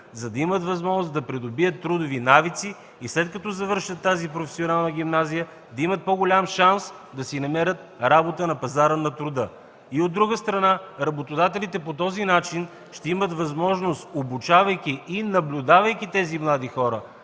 за да имат възможност да придобият трудови навици и след като завършат тази професионална гимназия, да имат по-голям шанс да си намерят работа на пазара на труда. От друга страна, работодателите по тази начин ще имат възможност, обучавайки и наблюдавайки тези млади хора